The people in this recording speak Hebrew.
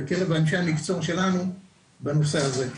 בקרב אנשי המקצוע שלנו בנושא הזה,